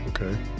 okay